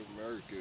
America